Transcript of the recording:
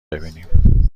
بیینیم